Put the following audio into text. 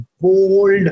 bold